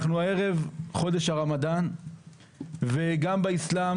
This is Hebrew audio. אנחנו הערב חודש הרמדאן וגם באסלאם